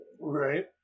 Right